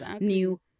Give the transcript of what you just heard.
new